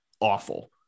awful